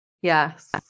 Yes